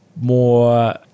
more